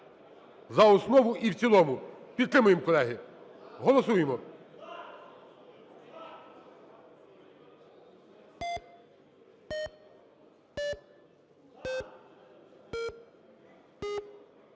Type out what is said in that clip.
за основу і в цілому. Підтримаємо, колеги. Голосуємо.